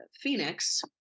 phoenix